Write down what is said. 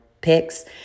picks